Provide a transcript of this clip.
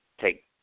take